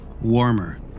warmer